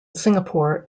singapore